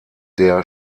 der